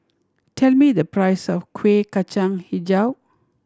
tell me the price of Kueh Kacang Hijau